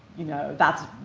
you know, that's,